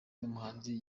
n’umuhanzi